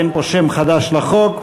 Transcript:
אין פה שם חדש לחוק,